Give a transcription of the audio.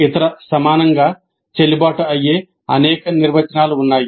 ఇతర సమానంగా చెల్లుబాటు అయ్యే అనేక నిర్వచనాలు ఉన్నాయి